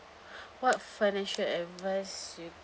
what financial advice you